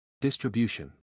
Distribution